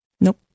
Nope